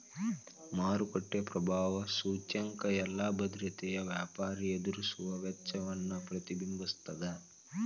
ಮಾರುಕಟ್ಟೆ ಪ್ರಭಾವ ಸೂಚ್ಯಂಕ ಎಲ್ಲಾ ಭದ್ರತೆಯ ವ್ಯಾಪಾರಿ ಎದುರಿಸುವ ವೆಚ್ಚವನ್ನ ಪ್ರತಿಬಿಂಬಿಸ್ತದ